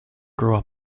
grow